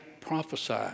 prophesy